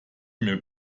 mir